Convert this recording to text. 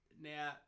now